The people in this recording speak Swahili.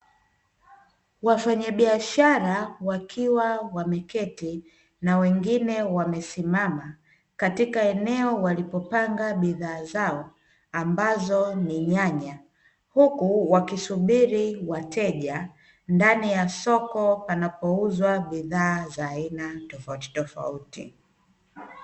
Wafanyabiashara wakiwa wameketi na wengine wamesimama katika eneo walipo panga bidhaa zao ambazo ni nyanya, huku wakisubiri wateja ndani ya soko panapouzwa bidhaa za aina tofautitofauti.